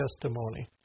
testimony